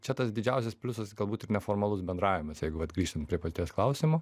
čia tas didžiausias pliusas galbūt ir neformalus bendravimas jeigu vat grįžtant prie paties klausimo